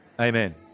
Amen